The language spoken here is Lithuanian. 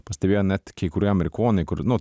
pastebėjo net kai kurie amerikonai kur nu